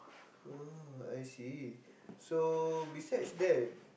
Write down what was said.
oh I see so besides that